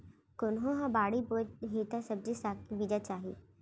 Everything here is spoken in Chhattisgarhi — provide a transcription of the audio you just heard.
कोनो ह बाड़ी बोए हे त सब्जी साग के बीजा चाही